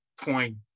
point